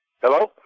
Hello